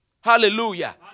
Hallelujah